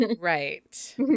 Right